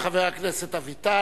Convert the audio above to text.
תודה רבה לחבר הכנסת אביטל.